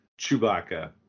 Chewbacca